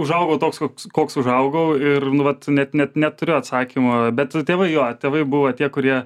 užaugau toks koks koks užaugau ir nu vat net net neturiu atsakymo bet tėvai jo tėvai buvo tie kurie